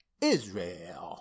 Israel